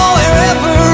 Wherever